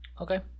Okay